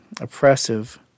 oppressive